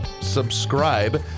subscribe